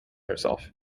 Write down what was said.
herself